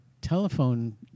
telephone